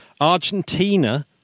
Argentina